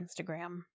instagram